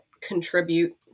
contribute